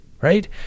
right